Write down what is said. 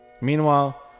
Meanwhile